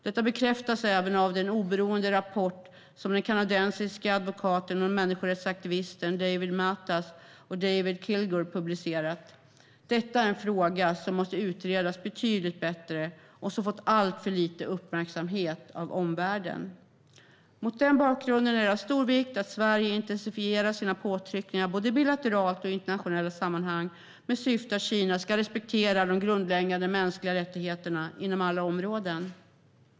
Detta bekräftas även av den oberoende rapport som den kanadensiska advokaten David Matas och människorättsaktivisten David Kilgour publicerat. Detta är en fråga som måste utredas betydligt bättre och som har fått alltför lite uppmärksamhet av omvärlden. Mot den bakgrunden är det av stor vikt att Sverige intensifierar sina påtryckningar både bilateralt och i internationella sammanhang med syfte att Kina ska respektera de grundläggande mänskliga rättigheterna inom alla områden.